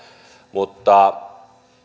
mutta